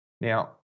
Now